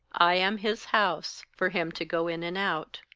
i am his house for him to go in and out.